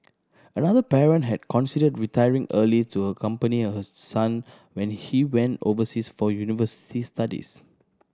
another parent had considered retiring early to accompany her son when he went overseas for university studies